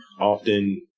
often